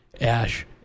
Ash